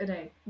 Right